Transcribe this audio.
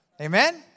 Amen